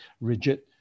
rigid